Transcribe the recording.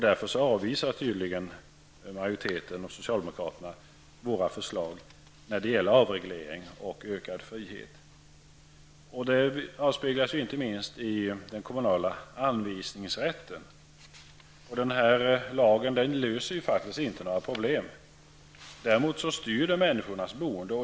Därför avvisar tydligen den socialdemokratiska majoriteten våra förslag om avreglering och därmed ökad frihet. Det avspeglar sig inte minst i den kommunala anvisningsrätten. Lagen löser faktiskt inte några problem. Däremot styr den människornas boende.